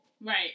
Right